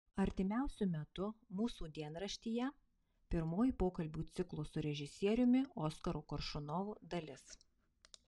artimiausiu metu mūsų dienraštyje pirmoji pokalbių ciklo su režisieriumi oskaru koršunovu dalis